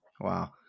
wow